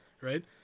right